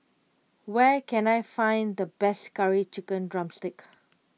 where can I find the best Curry Chicken Drumstick